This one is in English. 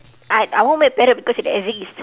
I I want to make parrot because it exist